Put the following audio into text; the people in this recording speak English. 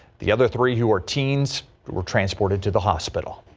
the other three who are teens were transported to the hospital.